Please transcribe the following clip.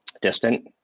distant